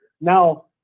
Now